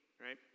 right